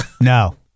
No